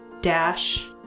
dash